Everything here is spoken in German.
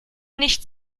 nicht